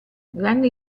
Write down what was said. grande